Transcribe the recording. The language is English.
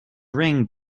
ring